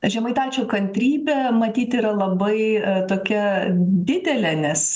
žemaitaičio kantrybė matyt yra labai tokia didelė nes